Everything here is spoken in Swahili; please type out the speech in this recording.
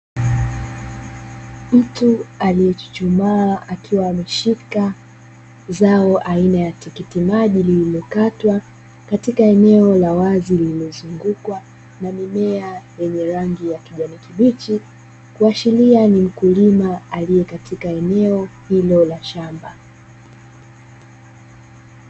Mtu aliyechuchumaa akiwa ameshika zao aina ya tikiti maji lililokatwa, katika eneo la wazi lililozungukwa na mimea yenye rangi ya kijani kibichi, kuashiria ni mkulima aliyekatika eneo hilo la shamba.